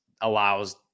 allows